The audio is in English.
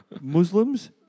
Muslims